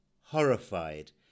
Horrified